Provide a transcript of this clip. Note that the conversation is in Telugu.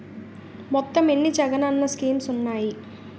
మొత్తం ఎన్ని జగనన్న స్కీమ్స్ ఉన్నాయి?